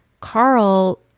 Carl